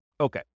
Okay